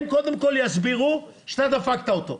הם קודם כל יסבירו, שאתה דפקת אותו,